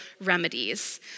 remedies